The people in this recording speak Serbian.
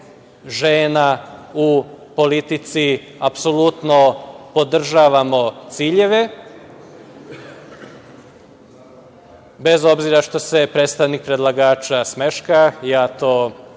žena u politici. Apsolutno podržavamo ciljeve, bez obzira što se predstavnik predlagača smeška, ja to